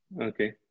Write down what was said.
Okay